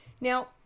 Now